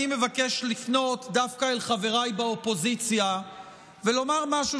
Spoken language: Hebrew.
אני מבקש לפנות דווקא אל חבריי באופוזיציה ולומר משהו